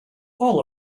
all